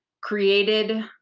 created